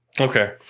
okay